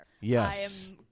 Yes